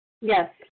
Yes